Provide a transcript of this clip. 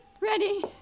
ready